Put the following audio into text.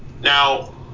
Now